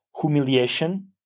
humiliation